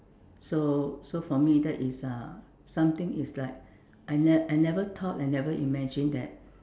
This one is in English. so so for me that is uh something is like I never I never thought I never imagine that